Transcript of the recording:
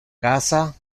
casa